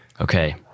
Okay